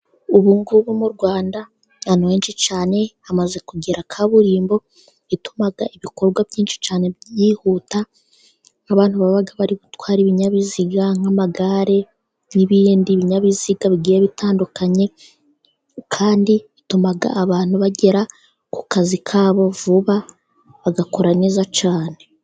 Ubungubu mu Rwanda ahantu henshi cyane hamaze kugera kaburimbo ituma ibikorwa byinshi cyane byihuta, abantu baba bari gutwara ibinyabiziga nk'amagare n'ibindi binyabiziga bigiye bitandukanye, kandi ituma abantu bagera ku kazi ka bo vuba, bagakora neza cyane.